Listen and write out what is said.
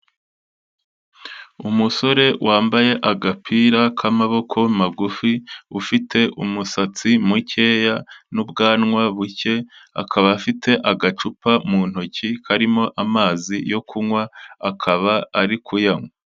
Umusore wambaye agapira k'amaboko magufi, ufite umusatsi mukeya n'ubwanwa buke, akaba afite agacupa mu ntoki karimo amazi yo kunywa, akaba ari ku yanywa.